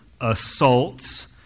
assaults